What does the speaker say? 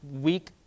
weak